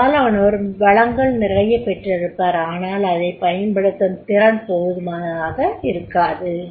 பெரும்பாலானோர் வளங்கள் நிறைய பெற்றிருப்பர் ஆனால் அதைப் பயன்படுத்தும் திறன் போதுமானதாக இருக்காது